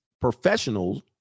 professionals